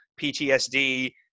PTSD